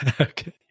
Okay